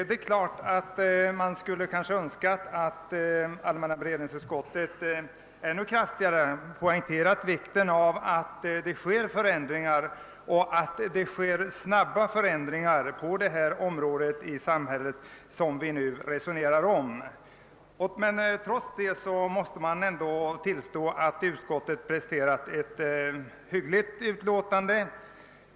Det är klart att man kunde ha önskat att allmänna beredningsutskottet ännu kraftigare hade poängterat vikten av att det snart sker förändringar på det område i samhället som vi nu resonerar om, men trots det måste jag ändå tillstå att utskottet har presterat ett hyggligt utlåtande.